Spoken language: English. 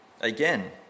Again